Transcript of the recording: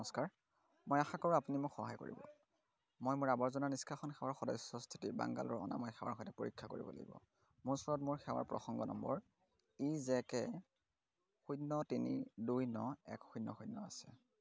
নমস্কাৰ মই আশা কৰোঁ আপুনি মোক সহায় কৰিব মই মোৰ আৱৰ্জনা নিষ্কাশন সেৱাৰ সদস্য স্থিতি বাংগালোৰ অনাময় সেৱাৰ সৈতে পৰীক্ষা কৰিব লাগিব মোৰ ওচৰত মোৰ সেৱাৰ প্ৰসংগ নম্বৰ ই জে কে শূন্য তিনি দুই ন এক শূন্য শূন্য আছে